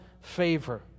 favor